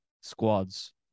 squads